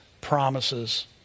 promises